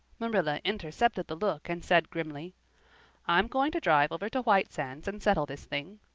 marilla intercepted the look and said grimly i'm going to drive over to white sands and settle this thing.